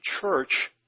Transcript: church